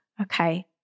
okay